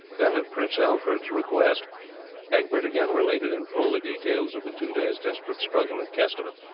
then at prince alfred's request egbert again related in full the details of the two days' desperate struggle at kesteven,